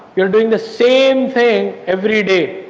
you are doing the same thing every day,